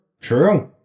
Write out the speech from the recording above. True